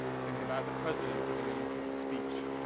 think about the president giving an important speech,